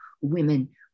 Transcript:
women